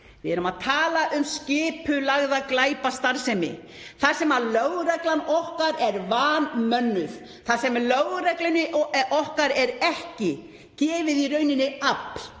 Við erum að tala um skipulagða glæpastarfsemi þar sem lögreglan okkar er vanmönnuð, þar sem lögreglunni okkar er ekki gefið afl